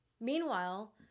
meanwhile